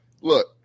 Look